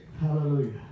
Hallelujah